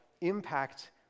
impact